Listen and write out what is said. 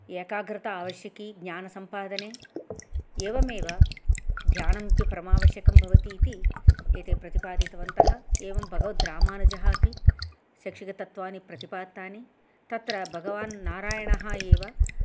एकाग्रया आवश्यकी ज्ञानसम्पादने एवमेव ध्यानमपि परमावश्यकं भवति इति एते प्रतिपादितवन्तः एवं भगवद्रामानुजः अपि शैक्षिकतत्वानि प्रतिपादितानि तत्र भगवान् नारायणः एव